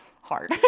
hard